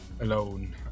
alone